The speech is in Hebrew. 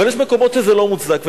אבל יש מקומות שזה לא מוצדק.